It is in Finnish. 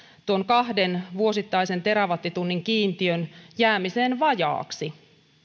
tuon kahden vuosittaisen terawattitunnin kiintiön jäämiseen vajaaksi